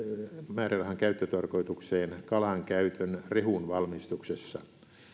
määrärahan käyttötarkoitukseen kalan käytön rehunvalmistuksessa